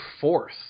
fourth